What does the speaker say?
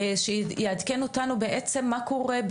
בעצם שיעדכן אותנו מה קורה,